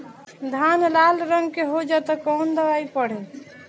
धान लाल रंग के हो जाता कवन दवाई पढ़े?